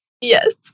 Yes